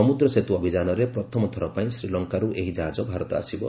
ସମୁଦ୍ର ସେତୁ ଅଭିଯାନରେ ପ୍ରଥମଥର ପାଇଁ ଶ୍ରୀଲଙ୍କାରୁ ଏହି ଜାହାଜ ଭାରତ ଆସିବ